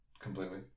completely